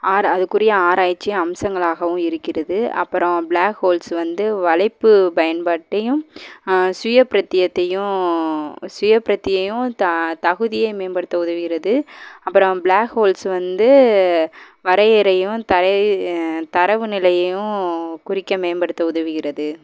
அதுக்குரிய ஆராய்ச்சியும் அம்சங்களாகவும் இருக்கிறது அப்புறம் ப்ளாக் ஹோல்ஸ் வந்து வளைப்பு பயன்பாட்டையும் சுயபிரத்யேத்தையும் தகுதியை மேம்படுத்த உதவுகிறது அப்புறம் ப்ளாக் ஹோல்ஸ் வந்து வரையறையும் தரவு நிலையையும் குறிக்க மேம்படுத்த உதவுகிறது